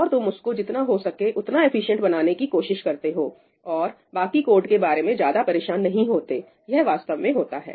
और तुम उसको जितना हो सके उतना एफिशिएंट बनाने की कोशिश करते हो और बाकी कोड के बारे में ज्यादा परेशान नहीं होते यह वास्तव में होता है